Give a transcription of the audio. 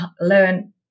learn